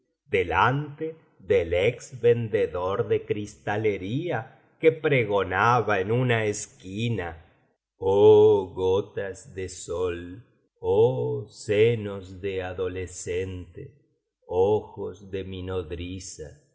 delante del ex vendedor de cristalería que pregonaba en una esquina oh gotas de sol oh senos de adolescente ojos de mi nodriza